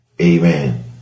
Amen